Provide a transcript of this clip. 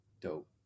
Dope